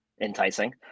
enticing